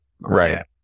Right